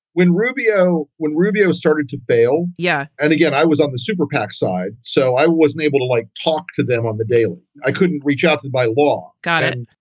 when rubio when rubio started to fail. yeah. and again, i was on the super-pac side, so i wasn't able to, like talk to them on the daily. i couldn't reach up by law. got it.